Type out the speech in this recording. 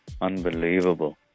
Unbelievable